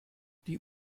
die